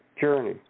journey